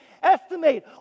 Estimate